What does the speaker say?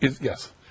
Yes